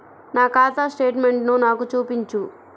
నా ఖాతా స్టేట్మెంట్ను నాకు చూపించు